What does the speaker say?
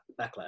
backlash